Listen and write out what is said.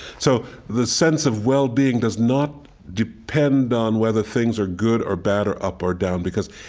so the sense of well-being does not depend on whether things are good or bad or up or down because,